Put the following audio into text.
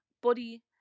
body